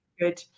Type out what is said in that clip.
good